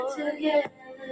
together